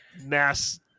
mass